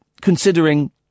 considering